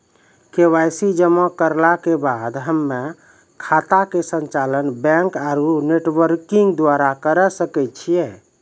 KYC जमा करला के बाद हम्मय खाता के संचालन बैक आरू नेटबैंकिंग द्वारा करे सकय छियै?